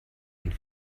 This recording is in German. und